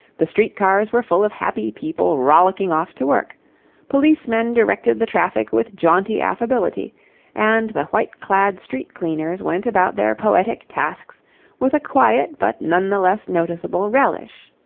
the street cars were full of happy people rollicking off to work policemen directed the traffic with jaunty affability and the white-clad street-cleaners went about their poetic tasks with a quiet but none the less noticeable relish.